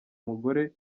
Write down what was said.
umugore